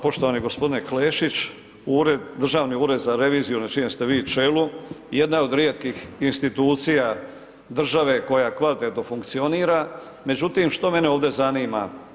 Poštovani g. Klešić, Državni ured za reviziju na čijem ste vi čelu, jedan je od rijetkih institucija države koja kvalitetno funkcionira međutim što mene ovdje zanima?